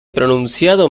pronunciado